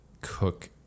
cook